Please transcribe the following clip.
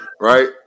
right